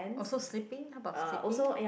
also sleeping how about sleeping